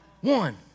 one